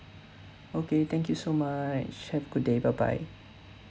okay thank you so much have a good day bye bye